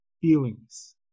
feelings